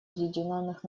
объединенных